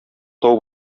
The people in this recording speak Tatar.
тау